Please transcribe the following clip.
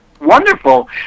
wonderful